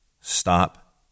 Stop